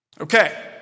Okay